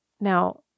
Now